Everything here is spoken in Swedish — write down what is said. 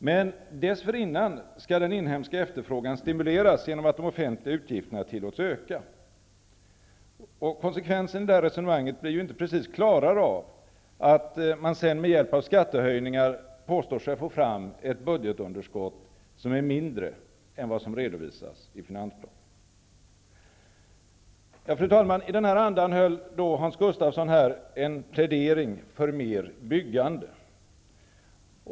Men dessförinnan skall den inhemska efterfrågan stimuleras genom att de offentliga utgifterna tillåts öka. Konsekvensen i det resonemanget blir ju inte precis klarare av att man sedan med hjälp av skattehöjningar påstår sig få fram ett budgetunderskott som är mindre än vad som redovisas i finansplanen. Fru talman! I den här andan höll Hans Gustafsson en plädering för mer byggande.